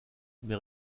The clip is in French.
mais